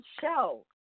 show